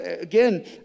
again